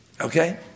Okay